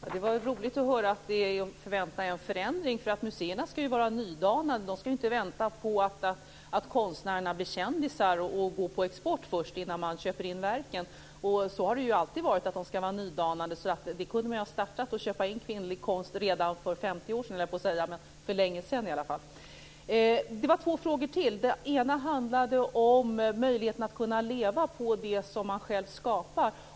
Herr talman! Det var roligt att höra att en förändring är att vänta, för museerna ska ju vara nydanande. De ska inte vänta på att konstnärerna blir kändisar och går på export innan de köper in verken. Så har det alltid varit. Man kunde ha börjat att köpa in kvinnlig konst redan för 50 år sedan - i alla fall för länge sedan. Det var två frågor till. Den ena handlade om möjligheten att leva på det som man själv skapar.